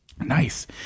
Nice